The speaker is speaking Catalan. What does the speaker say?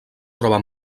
troba